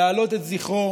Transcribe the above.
להעלות את זכרו